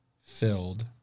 filled